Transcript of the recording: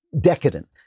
decadent